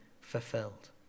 fulfilled